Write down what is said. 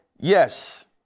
Yes